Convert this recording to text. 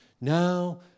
Now